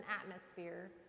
atmosphere